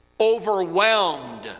overwhelmed